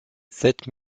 sept